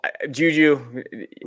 Juju